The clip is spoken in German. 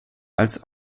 als